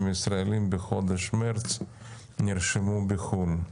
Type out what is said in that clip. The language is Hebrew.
הישראלים בחודש מרץ נרשמו בחו"ל.